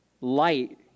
light